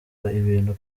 abantu